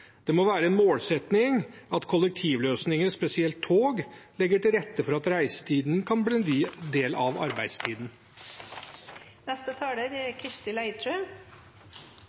Det må være en målsetting at kollektivløsningene, spesielt tog, legger til rette for at reisetiden kan bli en del av arbeidstiden. Vi har allerede fått mange lekkasjer fra framleggingen av